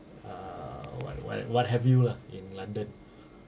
ah wha~ wha~ what have you lah in london